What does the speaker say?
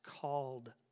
called